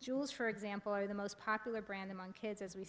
jewels for example are the most popular brand among kids as we